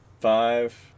Five